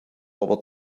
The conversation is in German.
aber